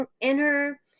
inner